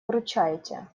выручайте